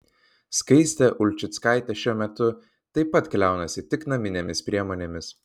skaistė ulčickaitė šiuo metu taip pat kliaunasi tik naminėmis priemonėmis